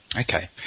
okay